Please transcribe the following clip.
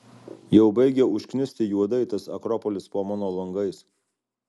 jau baigia užknisti juodai tas akropolis po mano langais